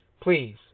please